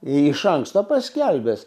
iš anksto paskelbęs